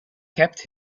kept